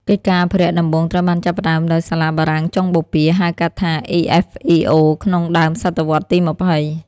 កិច្ចការអភិរក្សដំបូងត្រូវបានចាប់ផ្តើមដោយសាលាបារាំងចុងបូព៌ា (ហៅកាត់ថា EFEO) ក្នុងដើមសតវត្សរ៍ទី២០។